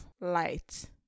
light